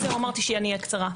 זהו, אמרתי שאני אהיה קצרה.